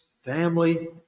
family